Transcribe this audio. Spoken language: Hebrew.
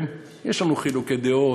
יש לנו חילוקי דעות,